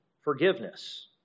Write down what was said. forgiveness